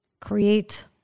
create